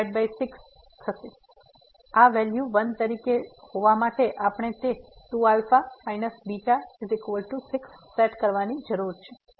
તેથી આ વેલ્યુ 1 તરીકે હોવા માટે આપણે તે 2α β6 સેટ કરવાની જરૂર છે